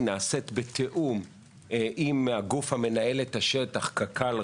נעשית בתיאום עם הגוף המנהל את השטח קק"ל,